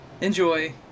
enjoy